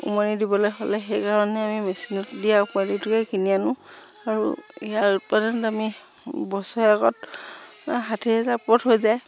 উমনি দিবলৈ হ'লে সেইকাৰণে আমি মেচিনত দিয়া পোৱালিটোকে কিনি আনো আৰু ইয়াৰ উৎপাদন আমি বছৰেকত ষাঠি হাজাৰ ওপৰত হৈ যায়